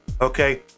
okay